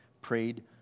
prayed